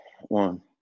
One